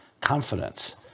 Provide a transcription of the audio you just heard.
confidence